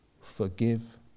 forgive